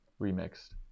remixed